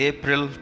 April